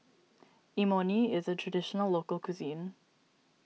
Imoni is a Traditional Local Cuisine